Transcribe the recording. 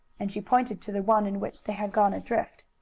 and she pointed to the one in which they had gone adrift.